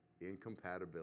Incompatibility